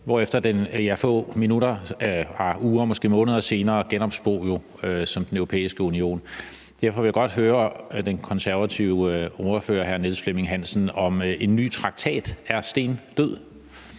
hvorefter den få uger eller måske måneder senere genopstod som Den Europæiske Union. Derfor vil jeg godt høre den konservative ordfører, hr. Niels Flemming Hansen, om en ny traktat er stendød.